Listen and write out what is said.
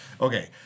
Okay